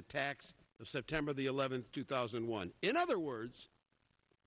the tax the september the eleventh two thousand and one in other words